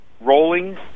rolling